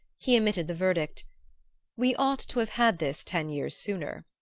he emitted the verdict we ought to have had this ten years sooner.